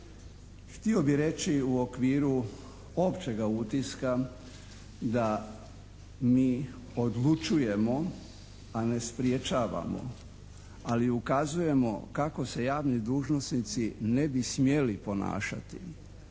Htio bih reći u okviru općega utiska da mi odlučujemo, a ne sprječavamo, ali ukazujemo kako se javni dužnosnici ne bi smjeli ponašati.